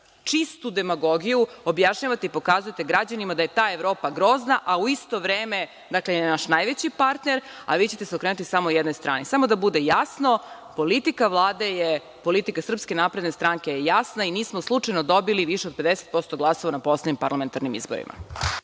čistu demagogiju objašnjavate i pokazujete građanima da je ta Evropa grozna, a u isto vreme, naš je najveći partner, a vi ćete se okrenuti samo jednoj strani. Samo da bude jasno, politika Vlade je, politika Srpske napredne stranke je jasna i nismo slučajno dobili više od 50% glasova na poslednjim parlamentarnim izborima.